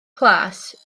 plas